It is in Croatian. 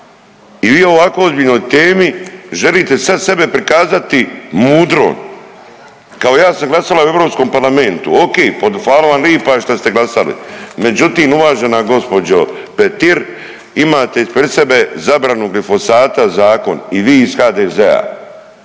i vi o ovako ozbiljnoj temi želite sad sebe prikazati mudrom, kao ja sam glasala u Europskom parlamentu. Ok, fala vam lipa šta ste glasali. Međutim, uvažena gospođo Petir imate ispred sebe zabranu glifosata zakon i vi iz HDZ-a,